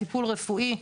טיפול רפואי,